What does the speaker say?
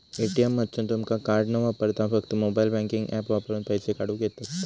ATM मधसून तुमका card न वापरता फक्त मोबाईल बँकिंग ऍप वापरून पैसे काढूक येतंत